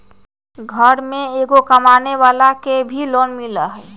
घर में एगो कमानेवाला के भी लोन मिलहई?